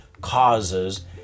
causes